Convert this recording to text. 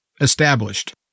established